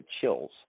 chills